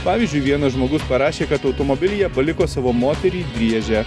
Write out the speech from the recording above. pavyzdžiui vienas žmogus parašė kad automobilyje paliko savo moterį driežę